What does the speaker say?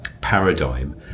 paradigm